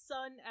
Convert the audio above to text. Sun